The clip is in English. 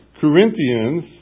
Corinthians